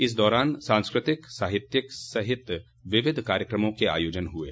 इस दौरान सांस्कृतिक साहित्यिक सहित विविध कार्यक्रमों के आयोजन हुये